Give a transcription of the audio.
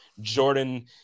jordan